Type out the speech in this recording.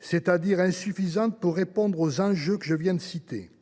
c’est à dire insuffisante pour répondre aux enjeux que j’ai cités.